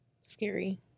Scary